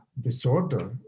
disorder